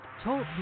Talk